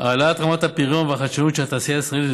ולהעלאת רמת הפריון והחדשנות של התעשייה הישראלית.